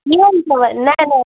ईअं अथव न न